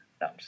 No